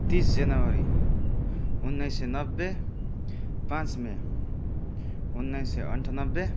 तिस जनवरी उन्नाइस सय नब्बे पाँच मे उन्नाइस सय अन्ठानब्बे